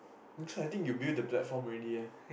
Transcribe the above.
you try I think you build the platform already eh